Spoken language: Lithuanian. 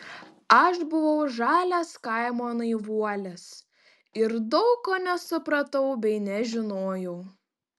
aš buvau žalias kaimo naivuolis ir daug ko nesupratau bei nežinojau